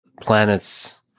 planets